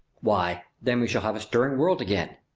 why, then we shall have a stirring world again.